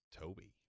Toby